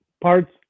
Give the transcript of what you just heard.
parts